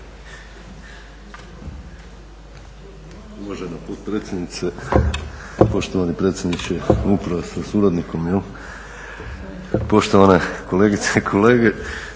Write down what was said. Uvažena potpredsjednice, poštovani predsjedniče uprave sa suradnikom, poštovane kolegice i kolege.